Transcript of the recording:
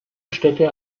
städte